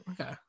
Okay